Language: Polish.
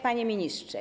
Panie Ministrze!